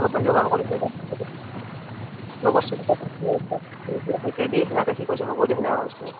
অলপমান যোগাৰ কৰি লৈ যাম নহ'লে দে লগৰ ছলি তাক সেনেকৈ দি সেনেকৈ সি কৈছে হ'ব দে সেনেকৈ কৈছে